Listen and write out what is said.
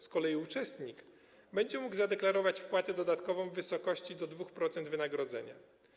Z kolei uczestnik będzie mógł zadeklarować wpłatę dodatkową w wysokości do 2% wynagrodzenia.